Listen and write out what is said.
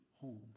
home